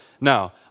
Now